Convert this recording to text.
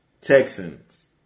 Texans